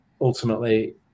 ultimately